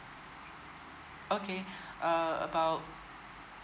okay uh about